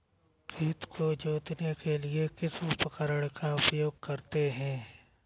खेत को जोतने के लिए किस उपकरण का उपयोग करते हैं?